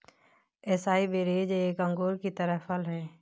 acai berries एक अंगूर की तरह फल हैं